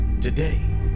today